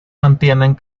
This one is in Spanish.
mantienen